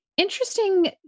interesting